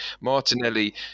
Martinelli